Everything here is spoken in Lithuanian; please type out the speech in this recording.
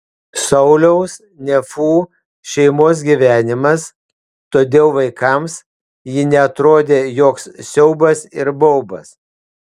sauliaus nefų šeimos gyvenimas todėl vaikams ji neatrodė joks siaubas ir baubas